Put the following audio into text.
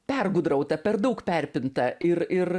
pergudrauta per daug perpinta ir ir